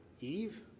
Eve